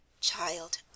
Child